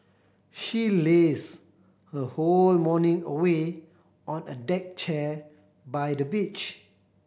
she lazed her whole morning away on a deck chair by the beach